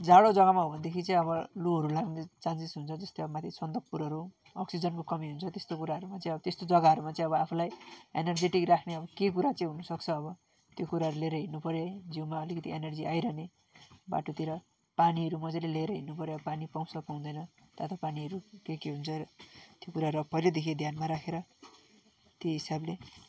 जाडो जग्गामा हो भनेदेखि चाहिँ अब लुहरू लाग्ने चान्सेस हुन्छ जस्तै अब माथि सन्दकपुरहरू अक्सिजनको कमी हुन्छ त्यस्तो कुराहरूमा चाहिँ त्यस्तो जग्गाहरूमा चाहिँ अब आफूलाई एनर्जेटिक राख्ने अब के कुरा चाहिँ हुनुसक्छ अब त्यो कुराहरू लिएर हिँड्नुपर्यो है जिउमा अलिकति एनर्जी आइरहने बाटोतिर पानीहरू मज्जाले लिएर हिँड्नुपर्यो अब पानी पाउँछ पाउँदैन तातो पानीहरू केके हुन्छ त्यो कुराहरू अब पहिल्यैदेखि ध्यानमा राखेर त्यही हिसाबले